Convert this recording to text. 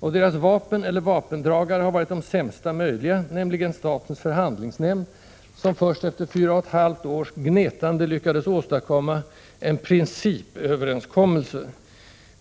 Och dess vapen, eller vapendragare, har varit de sämsta möjliga, nämligen statens förhandlingsnämnd, som först efter fyra och ett halvt års gnetande lyckades åstadkomma en ”princip”-överenskommelse,